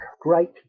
great